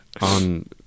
on